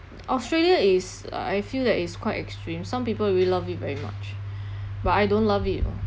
australia is I I feel that it's quite extreme some people really love it very much but I don't love it